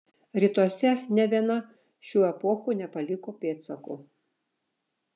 rytuose nė viena šių epochų nepaliko pėdsakų